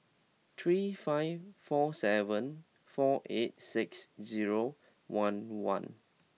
three five four seven four eight six zero one one